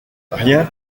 rien